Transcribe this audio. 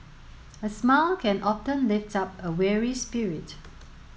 a smile can often lift up a weary spirit